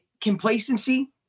complacency